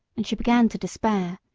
and she began to despair,